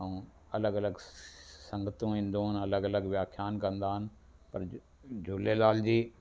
ऐं अलॻि अलॻि स संगतूं ईंदियूं आहिनि अलॻि अलॻि व्याख्यान कंदा आहिनि झूलेलाल जी